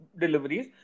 deliveries